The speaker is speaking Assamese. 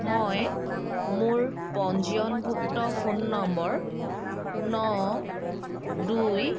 মই মোৰ পঞ্জীয়নভুক্ত ফোন নম্বৰ ন দুই